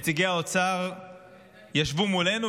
נציגי האוצר ישבו מולנו,